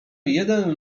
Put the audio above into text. jeden